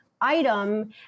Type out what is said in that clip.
item